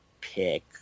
pick